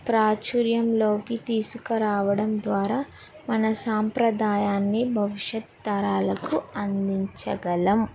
ప్రాచుర్యంలోకి తీసుకురావడం ద్వారా మన సాంప్రదాయాన్ని భవిష్యత్ తరాలకు అందించగలము